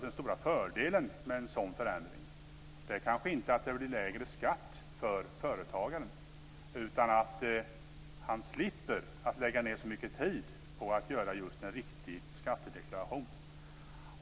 Den stora fördelen med en sådan förändring kanske inte är att det blir lägre skatt för företagaren, utan att han slipper lägga ned så mycket tid på att göra just en riktig skattedeklaration.